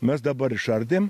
mes dabar išardėm